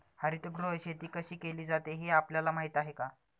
हरितगृह शेती कशी केली जाते हे आपल्याला माहीत आहे का?